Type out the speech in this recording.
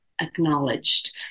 acknowledged